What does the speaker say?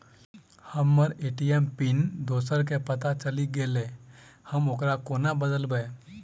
हम्मर ATM pin दोसर केँ पत्ता चलि गेलै, हम ओकरा कोना बदलबै?